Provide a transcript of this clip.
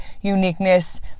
uniqueness